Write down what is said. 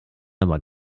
aber